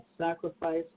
sacrifice